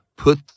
put